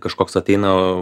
kažkoks ateina